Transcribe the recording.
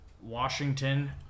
Washington